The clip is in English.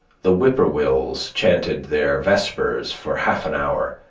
the whip-poor-wills chanted their vespers for half an hour,